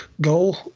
goal